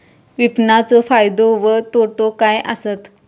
विपणाचो फायदो व तोटो काय आसत?